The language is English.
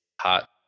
hot